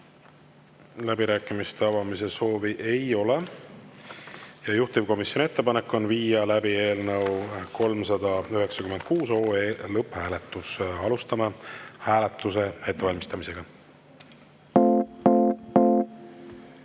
Läbirääkimiste avamise soovi ei ole. Juhtivkomisjoni ettepanek on viia läbi eelnõu 396 lõpphääletus. Alustame hääletuse ettevalmistamist. Kas